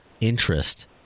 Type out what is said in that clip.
interest